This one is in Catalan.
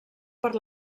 per